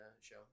show